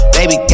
Baby